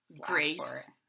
grace